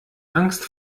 angst